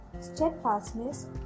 steadfastness